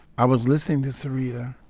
i was listening to syreeta